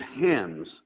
hands